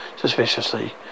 suspiciously